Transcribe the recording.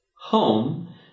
Home